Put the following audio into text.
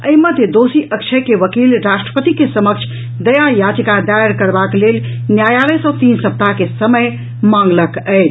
एहि मध्य दोषी अक्षय के वकील राष्ट्रपति के समक्ष दया याचिका दायर करबाक लेल न्यायालय सॅ तीन सप्ताह के समय मांगलक अछि